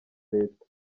leta